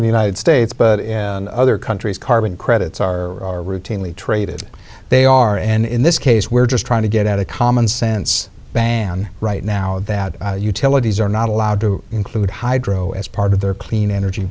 in the united states but in other countries carbon credits are routinely traded they are and in this case we're just trying to get out a commonsense ban right now that utilities are not allowed to include hydro as part of their clean energy